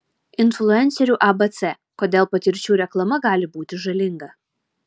influencerių abc kodėl patirčių reklama gali būti žalinga